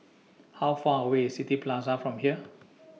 How Far away IS City Plaza from here